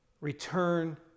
Return